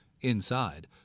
Inside